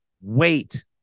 wait